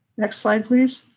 next slide, please.